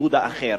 וכיבוד האחר.